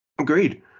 Agreed